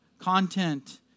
content